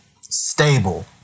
stable